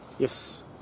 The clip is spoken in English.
Yes